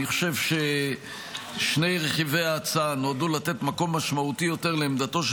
אני חושב ששני רכיבי ההצעה נועדו לתת מקום משמעותי יותר לעמדתו של